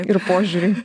ir požiūriui